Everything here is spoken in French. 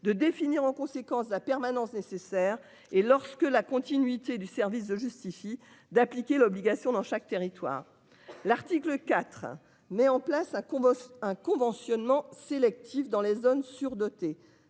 de définir en conséquence la permanence nécessaire et lorsque la continuité du service de justifie d'appliquer l'obligation dans chaque territoire l'article IV. Mais en place à compost un conventionnement sélectif dans les zones surdotées